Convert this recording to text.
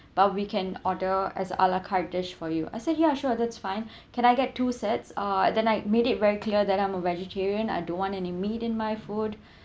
but we can order as ala carte dish for you I said ya sure that's fine can I get two sets uh then I made it very clear that I'm a vegetarian I don't want any meat in my food